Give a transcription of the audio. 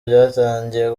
byatangiye